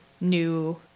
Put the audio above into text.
new